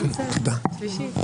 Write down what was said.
תודה.